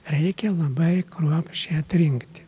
reikia labai kruopščiai atrinkti